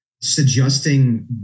suggesting